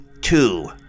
Two